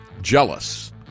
jealous